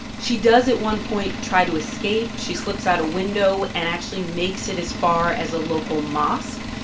she does, at one point, try to escape. she slips out a window and actually makes it as far as a local mosque.